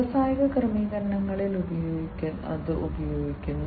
വ്യാവസായിക ക്രമീകരണങ്ങളിൽ ഉപയോഗിക്കുന്നു